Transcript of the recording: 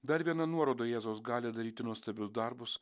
dar viena nuoroda į jėzaus galią daryti nuostabius darbus